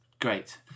Great